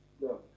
No